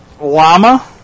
Llama